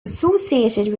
associated